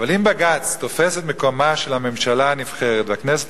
אבל אם בג"ץ תופס את מקומה של הממשלה הנבחרת והכנסת